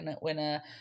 winner